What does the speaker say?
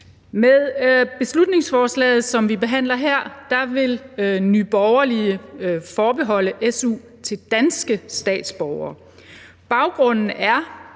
Med beslutningsforslaget, som vi behandler her, vil Nye Borgerlige forbeholde su til danske statsborgere. Baggrunden er,